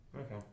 Okay